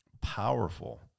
powerful